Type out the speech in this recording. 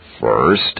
First